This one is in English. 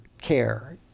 care